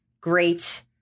Great